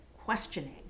questioning